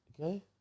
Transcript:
Okay